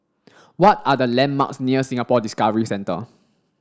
what are the landmarks near Singapore Discovery Centre